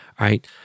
right